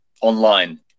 online